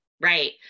Right